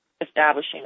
establishing